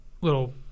little